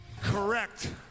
Correct